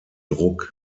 druck